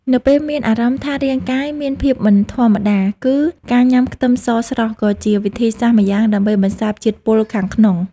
នៅពេលមានអារម្មណ៍ថារាងកាយមានភាពមិនធម្មតាគឺការញ៉ាំខ្ទឹមសស្រស់ក៏ជាវិធីសាស្ត្រម្យ៉ាងដើម្បីបន្សាបជាតិពុលខាងក្នុង។